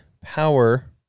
power